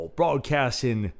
broadcasting